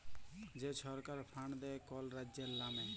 যে ছরকার ফাল্ড দেয় কল রাজ্যের লামে